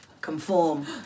conform